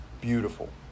beautiful